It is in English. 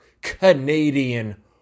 Canadian